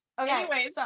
okay